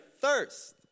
thirst